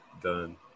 Done